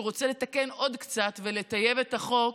רוצה לתקן עוד קצת ולטייב את החוק.